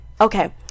Okay